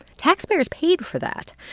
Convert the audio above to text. taxpayers paid for that.